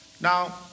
Now